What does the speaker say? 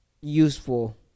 useful